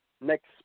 next